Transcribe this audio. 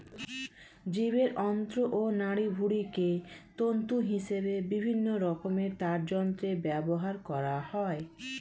জীবের অন্ত্র ও নাড়িভুঁড়িকে তন্তু হিসেবে বিভিন্ন রকমের তারযন্ত্রে ব্যবহার করা হয়